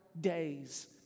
days